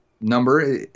number